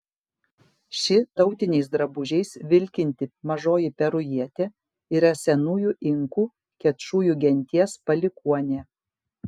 ši tautiniais drabužiais vilkinti mažoji perujietė yra senųjų inkų kečujų genties palikuonė